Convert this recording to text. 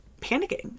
panicking